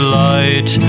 light